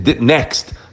next